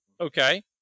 Okay